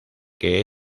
que